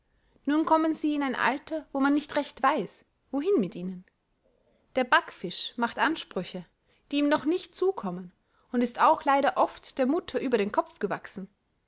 nun kommen sie in ein alter wo man nicht recht weiß wohin mit ihnen der backfisch macht ansprüche die ihm noch nicht zukommen und ist auch leider oft der mutter über den kopf gewachsen